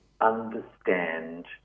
understand